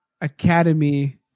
academy